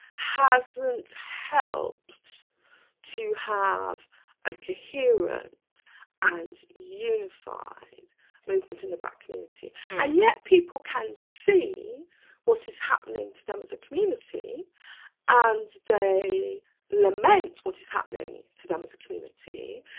hasn't helped to have a coherent and unified movement in the black community and yet people can see what has happened to them as a community and they lament what is happening to them as a community,